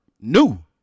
New